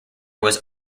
was